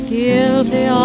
guilty